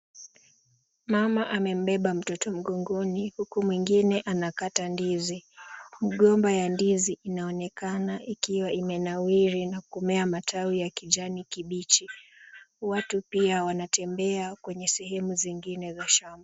Mama amembeba mtoto mgongoni huku mwingine anakata ndizi. Migomba ya ndizi inaonekana ikiwa imenawiri na kumea matawi ya kijani kibichi. Watu pia wanatembea kwenye sehemu zingine za shamba.